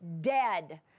dead